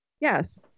Yes